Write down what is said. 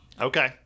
Okay